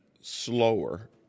slower